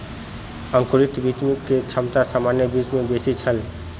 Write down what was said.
अंकुरित बीज के क्षमता सामान्य बीज सॅ बेसी छल